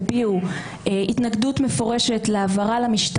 כי מלכתחילה הייתה הצעה שכל הדגימות יגיעו למכון